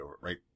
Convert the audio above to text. right